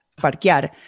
parquear